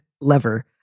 lever